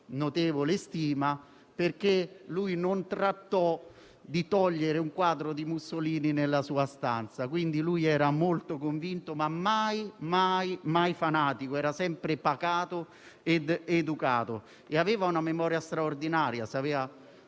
notevole stima, perché non volle togliere un quadro di Mussolini dalla sua stanza. Egli era molto convinto, ma mai fanatico, sempre pacato ed educato. Aveva una memoria straordinaria: conosceva